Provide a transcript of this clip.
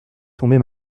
tomber